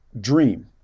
dream